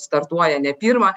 startuoja ne pirmą